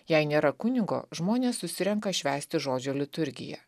jei nėra kunigo žmonės susirenka švęsti žodžio liturgiją